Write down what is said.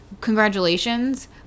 congratulations